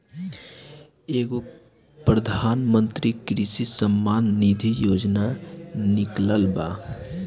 एगो प्रधानमंत्री कृषि सम्मान निधी योजना निकलल बा